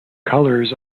colours